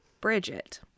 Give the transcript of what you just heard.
Bridget